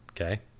okay